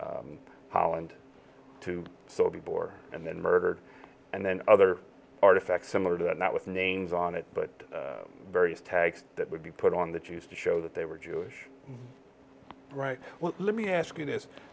from holland to sobibor and then murdered and then other artifacts similar to that not with names on it but various tags that would be put on the jews to show that they were jewish right well let me ask you this